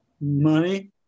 Money